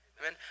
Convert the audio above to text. Amen